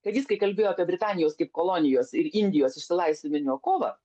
kad jis kai kalbėjo apie britanijos kaip kolonijos ir indijos išsilaisvinimo kovą